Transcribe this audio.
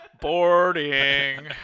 boarding